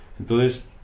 Entonces